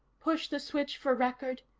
push the switch for record.